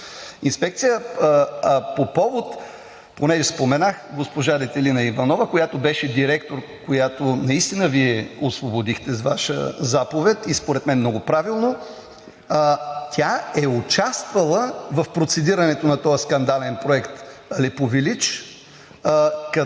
инспекция. Понеже споменах госпожа Детелина Иванова, която беше директор, която наистина Вие освободихте с Ваша заповед, и според мен много правилно, тя е участвала в процедирането на този скандален проект „Алепу вилидж“